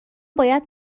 باید